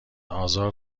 آزار